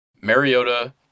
Mariota